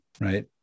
right